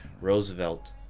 Roosevelt